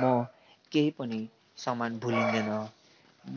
म केही पनि सामान भुलिदिनँ म